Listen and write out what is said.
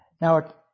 Now